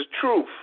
truth